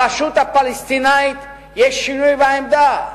ברשות הפלסטינית יש שינוי בעמדה.